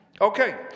Okay